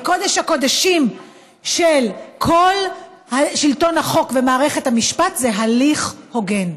וקודש הקודשים של כל שלטון החוק ומערכת המשפט זה הליך הוגן.